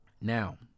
Now